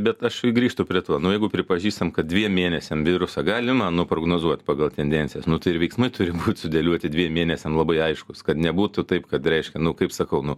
bet aš grįžtu prie to nu jeigu pripažįstam kad dviem mėnesiam virusą gali na nuprognozuot pagal tendencijas tai ir veiksmai turi būt sudėlioti dviem mėnesiam labai aiškūs kad nebūtų taip kad reiškia nu kaip sakau nu